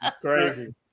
Crazy